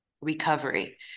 recovery